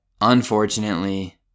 unfortunately